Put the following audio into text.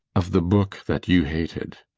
of the book that you hated.